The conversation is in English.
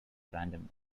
randomness